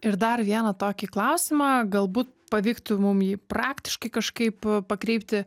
ir dar vieną tokį klausimą galbūt pavyktų mum jį praktiškai kažkaip pakreipti